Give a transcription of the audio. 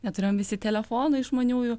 neturėjom visi telefonai išmaniųjų